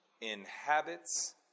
inhabits